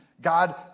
God